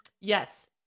Yes